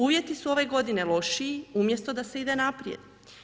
Uvjeti su ove godine lošiji umjesto da se ide naprijed.